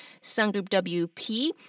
sungroupwp